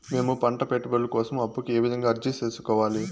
మేము పంట పెట్టుబడుల కోసం అప్పు కు ఏ విధంగా అర్జీ సేసుకోవాలి?